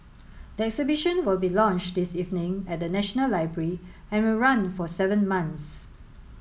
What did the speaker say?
the exhibition will be launched this evening at the National Library and will run for seven months